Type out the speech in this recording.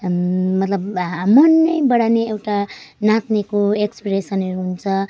मतलब मनैबाट नै एउटा नाच्नेको एक्सप्रेसनहरू हुन्छ